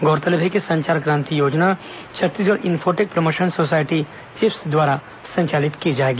गौरतलब है कि संचार क्रांति योजना Chhattisgarh infotech promotion society chips द्वारा संचालित की जाएगी